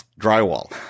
drywall